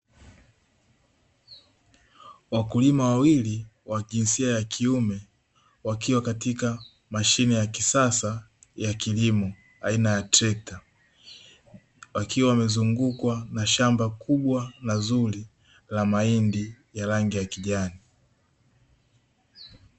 Wakulima wawili wa jinsia ya kiume, wakiwa katika mashine ya kisasa ya kilimo aina ya trekta, wakiwa wamezungukwa na shamba kubwa na zuri la mahindi ya rangi ya kijani.